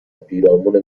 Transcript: پیرامون